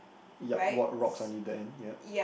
yup rock rocks until the end ya